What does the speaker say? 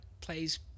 plays